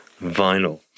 vinyl